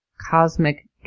cosmic